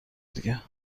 دیگه